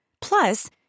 Plus